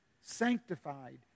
sanctified